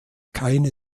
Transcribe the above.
keine